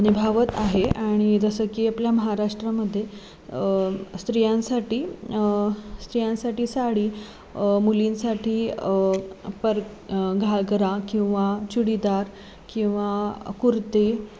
निभावत आहे आणि जसं की आपल्या महाराष्ट्रामध्ये स्त्रियांसाठी स्त्रियांसाठी साडी मुलींसाठी पर घागरा किंवा चुडीदार किंवा कुर्ती